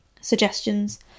suggestions